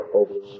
over